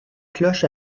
cloche